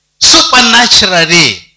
supernaturally